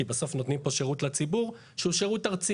כי בסוף נותנים פה שירות לציבור שהוא שירות ארצי.